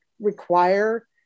require